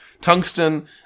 tungsten